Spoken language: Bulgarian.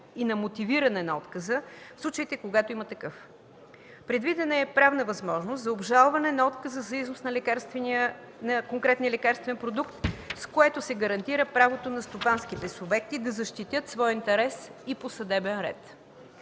и на мотивиране на отказа, в случаите когато има такъв. Предвидена е и правна възможност за обжалване на отказа за износ на конкретния лекарствен продукт, с което се гарантира правото на стопанските субекти да защитят своя интерес и по съдебен ред.